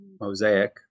Mosaic